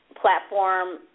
platform –